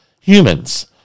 humans